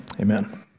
amen